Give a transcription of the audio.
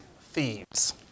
thieves